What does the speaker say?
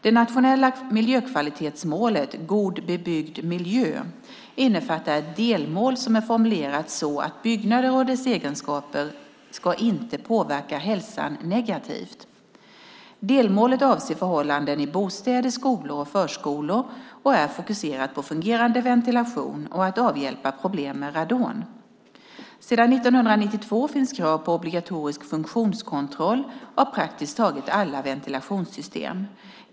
Det nationella miljökvalitetsmålet, God bebyggd miljö, innefattar ett delmål som är formulerat så att byggnader och dess egenskaper inte ska påverka hälsan negativt. Delmålet avser förhållanden i bostäder, skolor och förskolor och är fokuserat på fungerande ventilation och att avhjälpa problem med radon. Sedan 1992 finns krav på obligatorisk funktionskontroll av praktiskt taget alla ventilationssystem.